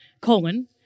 colon